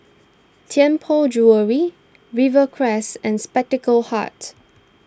Tianpo Jewellery Rivercrest and Spectacle Hut